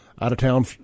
out-of-town